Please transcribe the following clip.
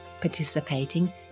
participating